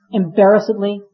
embarrassedly